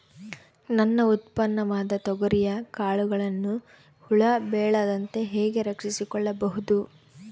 ನನ್ನ ಉತ್ಪನ್ನವಾದ ತೊಗರಿಯ ಕಾಳುಗಳನ್ನು ಹುಳ ಬೇಳದಂತೆ ಹೇಗೆ ರಕ್ಷಿಸಿಕೊಳ್ಳಬಹುದು?